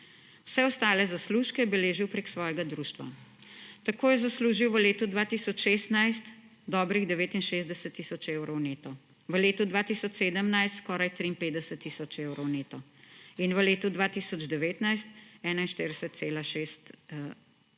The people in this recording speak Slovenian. vse ostale zaslužke je beležil preko svojega društva. Tako je zaslužil v letu 2016 dobrih 69 tisoč evrov neto, v letu 2017 skoraj 53 tisoč evrov neto in v letu 2019 41 tisoč